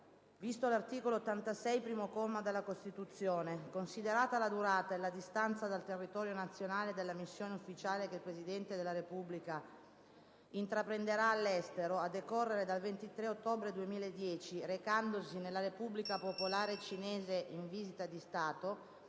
VISTO l'articolo 86, primo comma, della Costituzione; CONSIDERATA la durata e la distanza dal territorio nazionale della missione ufficiale che il Presidente della Repubblica intraprenderà all'estero a decorrere dal 23 ottobre 2010, recandosi nella Repubblica Popolare Cinese in visita di Stato;